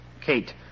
Kate